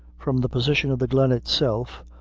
from the position of the glen itself,